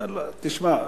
תשמע,